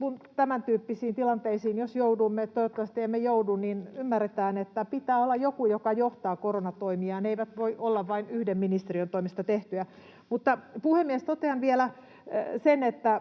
jos tämäntyyppisiin tilanteisiin joudumme — toivottavasti emme joudu — ymmärretään, että pitää olla joku, joka johtaa koronatoimia, ja että ne eivät voi olla vain yhden ministeriön toimesta tehtyjä. Puhemies! Totean vielä sen, että